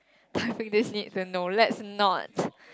don't pick this need to no let's not